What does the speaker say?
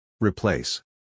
Replace